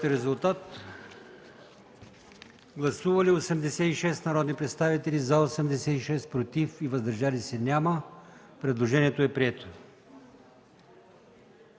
по ал. 5. Гласували 95 народни представители: за 95, против и въздържали се няма. Предложението е прието.